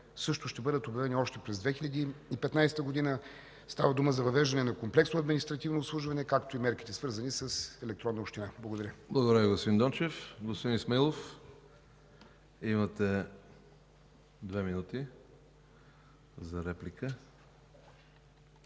също ще бъдат обявени още през 2015 г. Става дума за въвеждане на комплексно административно обслужване, както и мерките, свързани с електронна община. Благодаря. ПРЕДСЕДАТЕЛ КРАСИМИР КАРАКАЧАНОВ: Благодаря, господин Дончев. Господин Исмаилов, имате две минути за реплика.